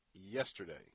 yesterday